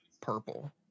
purple